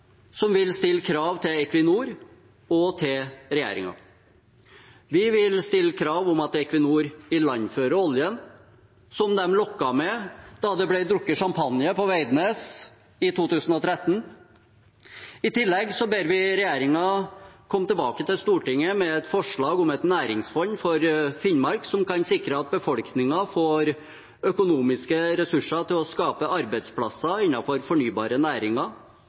som vil stille krav til Equinor og til regjeringen. Vi vil stille krav om at Equinor ilandfører oljen som de lokket med da det ble drukket champagne på Veidnes i 2013. I tillegg ber vi regjeringen komme tilbake til Stortinget med et forslag om et næringsfond for Finnmark som kan sikre at befolkningen får økonomiske ressurser til å skape arbeidsplasser innenfor fornybare næringer.